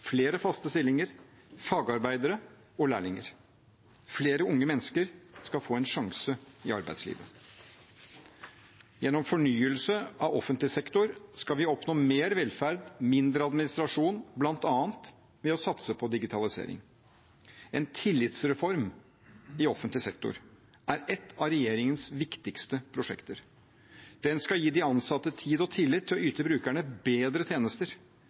flere faste stillinger, fagarbeidere og lærlinger. Flere unge mennesker skal få en sjanse i arbeidslivet. Gjennom fornyelse av offentlig sektor skal vi oppnå mer velferd og mindre administrasjon, bl.a. ved å satse på digitalisering. En tillitsreform i offentlig sektor er ett av regjeringens viktigste prosjekter. Den skal gi de ansatte tid og tillit til å yte brukerne bedre tjenester,